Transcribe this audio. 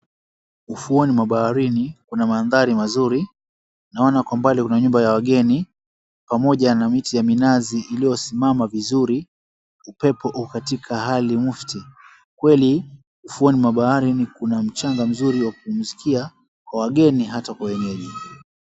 Ufuoni mwa baharini kuna mandhari mazuri. Naona kwa umbali kuna nyumba ya wageni pamoja na miti ya minazi iliyosimama vizuri. Upepo uko katika hali muftii. Kweli ufuoni wa bahari kuna mchanga mzuri wa kupumzikia kwa wageni hata kwa wenyeji.